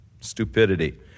stupidity